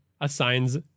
assigns